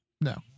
No